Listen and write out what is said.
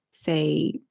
say